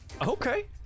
Okay